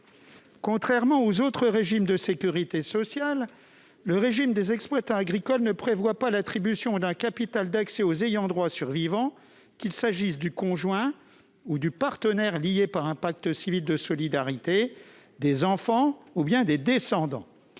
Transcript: Contrairement aux autres régimes de sécurité sociale, le régime des exploitants agricoles ne prévoit pas l'attribution d'un capital décès aux ayants droit survivants, qu'il s'agisse du conjoint ou du partenaire lié par un pacte civil de solidarité, des enfants ou des ascendants.